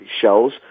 shells